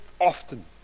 Often